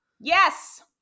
Yes